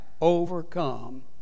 overcome